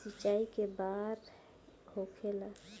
सिंचाई के बार होखेला?